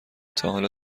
تاحالا